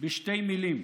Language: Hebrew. בשתי מילים: